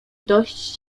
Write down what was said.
dość